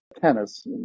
tennis